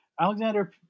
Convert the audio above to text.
Alexander